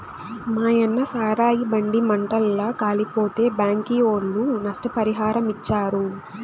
మాయన్న సారాయి బండి మంటల్ల కాలిపోతే బ్యాంకీ ఒళ్ళు నష్టపరిహారమిచ్చారు